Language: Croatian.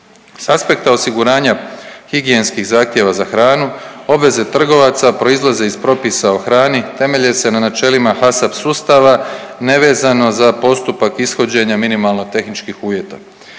S aspekta osiguranja higijenskih zahtjeva za hranu obveze trgovaca proizlaze iz propisa o hrani, temelje se na načelima HASAP sustava nevezano za postupak ishođenja minimalno tehničkih uvjeta.